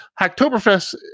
Hacktoberfest